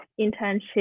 internship